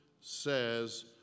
says